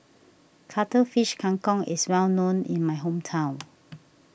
Cuttlefish Kang Kong is well known in my hometown